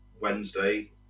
Wednesday